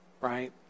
right